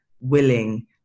willing